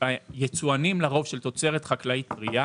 יצואנים של תוצרת חקלאית טרייה,